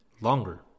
longer